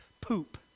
poop